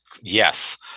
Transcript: yes